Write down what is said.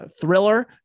thriller